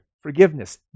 forgiveness